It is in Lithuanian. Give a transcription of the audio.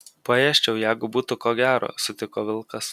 paėsčiau jeigu būtų ko gero sutiko vilkas